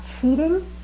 cheating